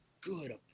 good